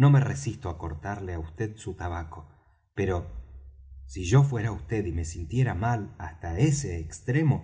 no me resisto á cortarle á vd su tabaco pero si yo fuera vd y me sintiera mal hasta ese extremo